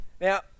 now